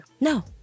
No